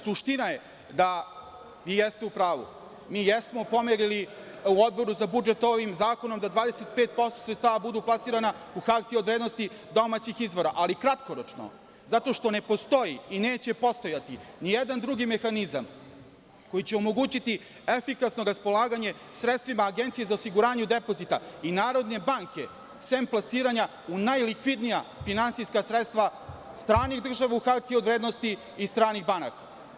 Suština je, vi jeste u pravu, mi jesmo pomerili u Odboru za budžet ovim zakonom da 25% sredstava budu plasirana u hartije od vrednosti domaćih izvora, ali kratkoročno, zato što ne postoji i neće postojati nijedan drugi mehanizam koji će omogućiti efikasno raspolaganje sredstvima Agencije za osiguranje depozita i Narodne banke, sem plasiranja u najlikvidnija finansijska sredstva stranih država u hartije od vrednosti i stranih banaka.